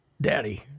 Daddy